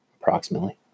approximately